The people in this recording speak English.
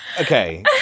Okay